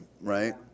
right